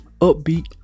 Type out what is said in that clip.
upbeat